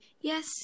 Yes